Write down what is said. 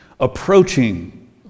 Approaching